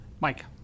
Mike